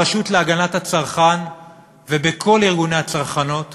ברשות להגנת הצרכן ובכל ארגוני הצרכנות